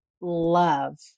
love